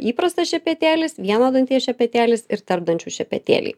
įprastas šepetėlis vieno danties šepetėlis ir tarpdančių šepetėliai